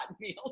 meals